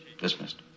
Dismissed